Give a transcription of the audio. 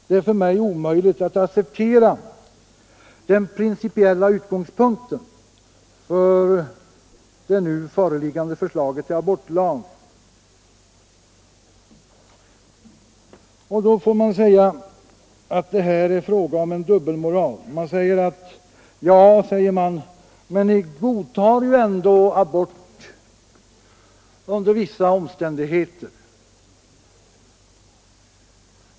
Det är för mig omöjligt att acceptera den principiella utgångspunkten för det nu föreliggande förslaget till abortlag. Och det är här inte fråga om en dubbelmoral. Man säger till oss: Men ni godtar ju ändå abort under vissa omständigheter.